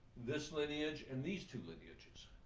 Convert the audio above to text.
this lineage and these two lineages.